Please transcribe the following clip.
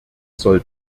soll